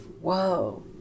Whoa